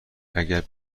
اگر